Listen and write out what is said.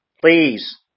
Please